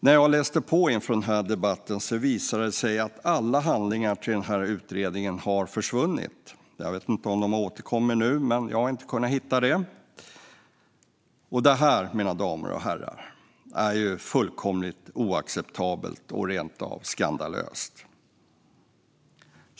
När jag läste på inför den här debatten visade det sig att alla handlingar till den utredningen har försvunnit. Jag vet inte om de har återkommit nu, men jag har alltså inte kunnat hitta dem. Detta, mina damer och herrar, är ju fullkomligt oacceptabelt och rent av skandalöst!